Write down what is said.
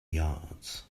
yards